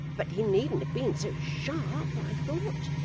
but he needn't have been so sharp, i thought.